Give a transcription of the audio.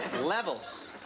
Levels